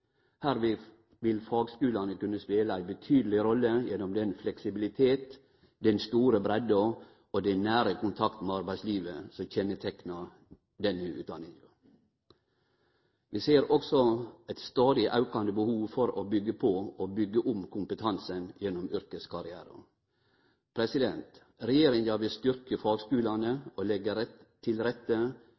Her vil fagskulane kunne spele ei betydeleg rolle gjennom den fleksibiliteten, den store breidda og den nære kontakten med arbeidslivet som kjenneteiknar denne utdanninga. Vi ser også eit stadig aukande behov for å byggje på og byggje om kompetansen gjennom yrkeskarrieren. Regjeringa vil styrkje fagskulane og leggje til rette